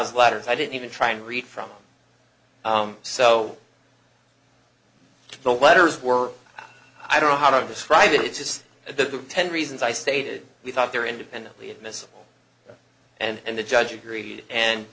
his letters i didn't even try and read from so the letters were i don't know how to describe it just the ten reasons i stated we thought there independently admissible and the judge agreed and